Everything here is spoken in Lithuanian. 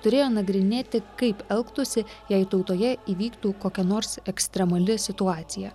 turėjo nagrinėti kaip elgtųsi jei tautoje įvyktų kokia nors ekstremali situacija